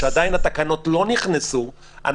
כשהתקנות לא נכנסו עדיין לתוקף,